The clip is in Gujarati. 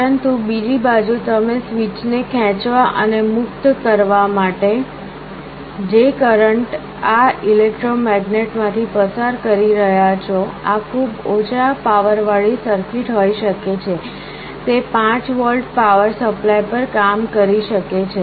પરંતુ બીજી બાજુ તમે સ્વીચને ખેંચવા અને મુક્ત કરવા માટે જે કરંટ આ ઇલેક્ટ્રોમેગ્નેટમાંથી પસાર કરી રહ્યા છો આ ખૂબ ઓછા પાવર વાળી સર્કિટ હોઈ શકે છે તે 5 વોલ્ટ પાવર સપ્લાય પર કામ કરી શકે છે